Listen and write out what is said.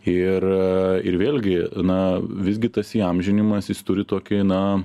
ir ir vėlgi na visgi tas įamžinimas jis turi tokį na